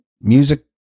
music